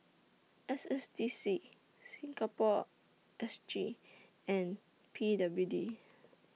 S S D C Singapore S G and P W D